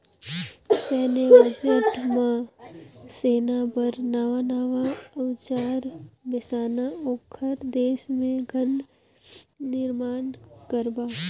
सैन्य बजट म सेना बर नवां नवां अउजार बेसाना, ओखर देश मे गन निरमान करबा